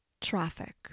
Traffic